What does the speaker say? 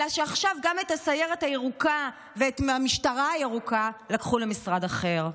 אלא שעכשיו גם את הסיירת הירוקה ואת המשטרה הירוקה לקחו למשרד אחר.